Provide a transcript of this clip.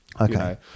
Okay